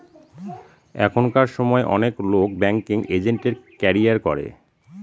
এখনকার সময় অনেক লোক ব্যাঙ্কিং এজেন্টের ক্যারিয়ার করে